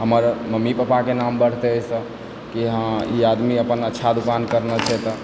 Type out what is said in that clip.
हमर मम्मी पप्पाके नाम बढ़तै एहिसँ कि हँ ई आदमी अपन अच्छा दोकान करने छै तऽ